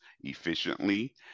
efficiently